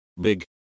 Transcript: big